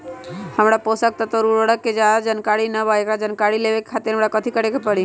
हमरा पोषक तत्व और उर्वरक के ज्यादा जानकारी ना बा एकरा जानकारी लेवे के खातिर हमरा कथी करे के पड़ी?